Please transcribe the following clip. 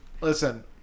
Listen